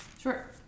Sure